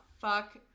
fuck